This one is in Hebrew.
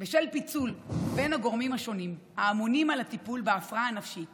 בשל פיצול בין הגורמים השונים האמונים על הטיפול בהפרעה הנפשית